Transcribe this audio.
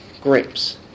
grapes